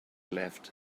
left